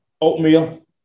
Oatmeal